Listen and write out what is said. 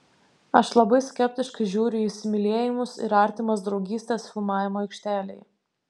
aš labai skeptiškai žiūriu į įsimylėjimus ir artimas draugystes filmavimo aikštelėje